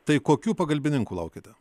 tai kokių pagalbininkų laukiate